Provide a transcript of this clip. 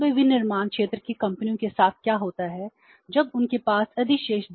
विनिर्माण क्षेत्र की कंपनियों के साथ धन